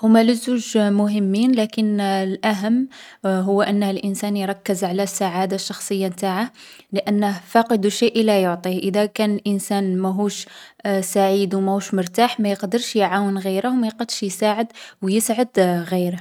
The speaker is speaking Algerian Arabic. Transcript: هوما للزوج مهمين، لكن الأهم هو أنه الانسان يركّز على السعادة الشخصية نتاعه لأنه فاقد الشيء لا يعطيه. إذا كان الإنسان ماهوش سعيد و ماهوش مرتاح ما يقدرش يعاون غيره و ما يقدش يساعد و يسعد غيره.